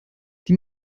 die